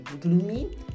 gloomy